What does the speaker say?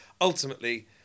ultimately